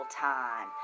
time